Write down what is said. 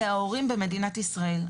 אלה ההורים במדינת ישראל.